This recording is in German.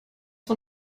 von